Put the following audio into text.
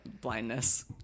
blindness